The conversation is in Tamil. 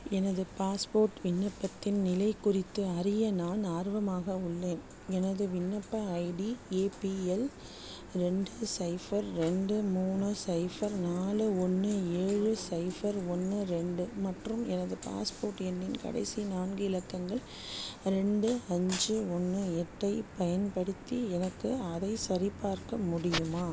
எனது பாஸ்போர்ட் விண்ணப்பத்தின் நிலை குறித்து அறிய நான் ஆர்வமாக உள்ளேன் எனது விண்ணப்ப ஐடி ஏ பி எல் ரெண்டு சைஃபர் ரெண்டு மூணு சைஃபர் நாலு ஒன்று ஏழு சைஃபர் ஒன்று ரெண்டு மற்றும் எனது பாஸ்போர்ட் எண்ணின் கடைசி நான்கு இலக்கங்கள் ரெண்டு அஞ்சு ஒன்று எட்டைப் பயன்படுத்தி எனக்கு அதைச் சரிபார்க்க முடியுமா